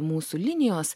mūsų linijos